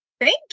Thank